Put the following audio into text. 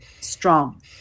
strong